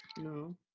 No